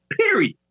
Period